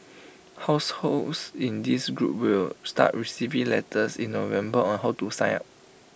households in this group will start receiving letters in November on how to sign up